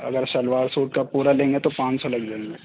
اگر سلوار سوٹ کو پورا لیں گے تو پانچ سو لگ جائیں گے